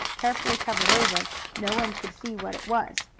carefully covered over, no one could see what it was.